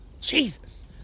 Jesus